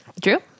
Drew